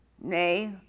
Nay